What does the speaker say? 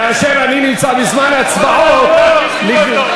כאשר אני נמצא בזמן הצבעות, זאת אכזריות